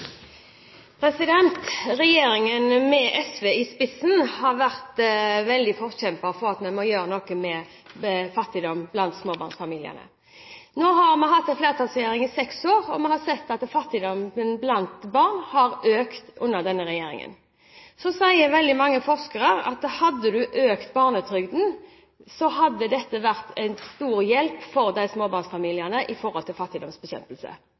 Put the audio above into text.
replikkordskifte. Regjeringen med SV i spissen har vært veldig forkjemper for at vi må gjøre noe med fattigdom blant småbarnsfamiliene. Nå har vi hatt en flertallsregjering i seks år, og vi har sett at fattigdommen blant barn har økt under denne regjeringen. Så sier veldig mange forskere at hadde man økt barnetrygden, hadde dette vært en stor hjelp for de småbarnsfamiliene i forhold til